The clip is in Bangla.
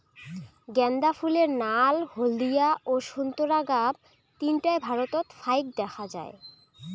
গ্যান্দা ফুলের নাল, হলদিয়া ও সোন্তোরা গাব তিনটায় ভারতত ফাইক দ্যাখ্যা যায়